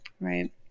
Right